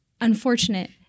unfortunate